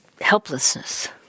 helplessness